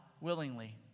willingly